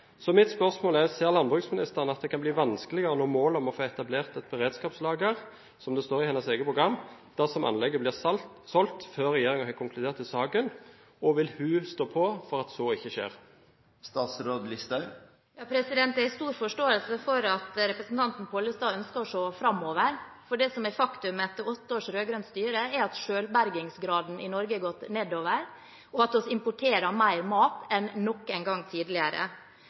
Så mitt spørsmål er: Ser landbruksministeren at det kan bli vanskeligere å nå målet om å få etablert et beredskapslager – som det står i hennes eget program – dersom anlegget blir solgt før regjeringen har konkludert i saken? Vil hun stå på for at så ikke skjer? Jeg har stor forståelse for at representanten Pollestad ønsker å se framover, for det som er faktum etter åtte års rød-grønt styre, er at selvbergingsgraden i Norge har gått nedover, og at vi importerer mer mat enn noen gang tidligere.